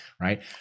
right